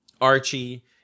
Archie